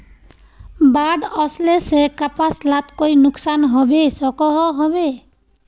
बाढ़ वस्ले से कपास लात कोई नुकसान होबे सकोहो होबे?